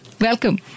welcome